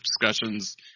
discussions